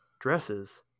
dresses